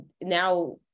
now